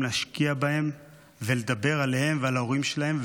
להשקיע בהם ולדבר עליהם ועל ההורים שלהם,